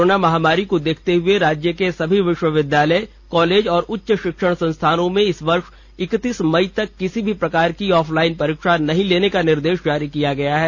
corona महामारी को देखते हुए राज्य के सभी विश्वविद्यालय कॉलेज और उच्च शिक्षण संस्थानों में इस वर्ष इक्तीस मई तक किसी प्रकार की ऑफलाइन परीक्षा नहीं लेने का निर्देश जारी किया गया है